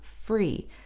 free